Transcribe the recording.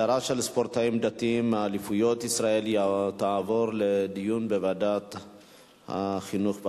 הנושא הדרת ספורטאים דתיים מאליפויות ישראל יעבור לדיון בוועדת החינוך,